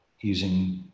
using